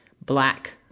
black